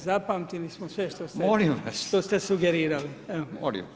Zapamtili smo sve što ste sugerirali.